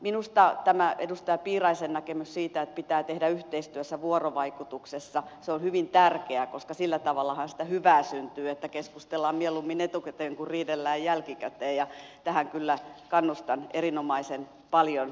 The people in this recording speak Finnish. minusta tämä edustaja piiraisen näkemys siitä että pitää tehdä yhteistyössä ja vuorovaikutuksessa on hyvin tärkeä koska sillä tavallahan sitä hyvää syntyy että keskustellaan mieluummin etukäteen kuin riidellään jälkikäteen ja tähän kyllä kannustan erinomaisen paljon